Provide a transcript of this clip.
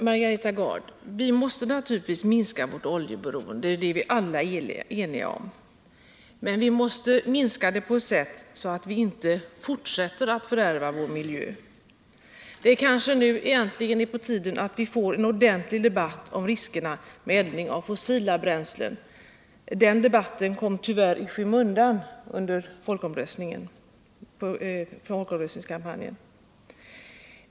Herr talman! Vi måste naturligtvis, Margareta Gard, minska vårt oljeberoende — det är vi alla eniga om. Men vi måste minska det på ett sätt som gör att vi inte fortsätter att fördärva vår miljö. Det kanske är på tiden att vi får en ordentlig debatt om riskerna av eldning med fossila bränslen. Den debatten kom tyvärr i skymundan under kärnkraftsdebatten inför folkomröstningen.